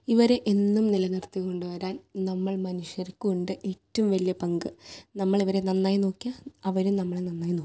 ഇവരെ എന്നും നില നിർത്തി കൊണ്ട് വരാൻ നമ്മൾ മനുഷ്യർക്കുണ്ട് ഏറ്റവും വലിയ പങ്ക് നമ്മളിവരെ നന്നായി നോക്കിയാൽ അവര് നമ്മളെ നന്നായി നോക്കും